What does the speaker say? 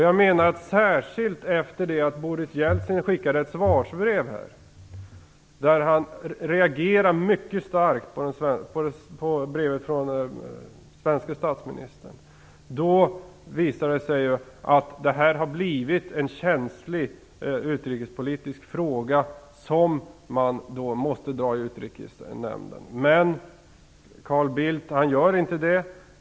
Jag menar att det särskilt efter det att Boris Jeltsin skickade ett svarsbrev där han reagerade mycket starkt på brevet från den svenske statsministern visade sig att det blivit en känslig utrikespolitisk fråga som måste tas upp i Utrikesnämnden. Men Carl Bildt gör inte det.